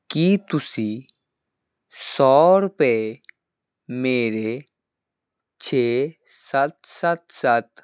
ਕੀ ਤੁਸੀਂਂ ਸੌ ਰੁਪਏ ਮੇਰੇ ਛੇ ਸੱਤ ਸੱਤ ਸੱਤ